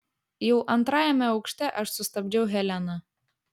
jau antrajame aukšte aš sustabdžiau heleną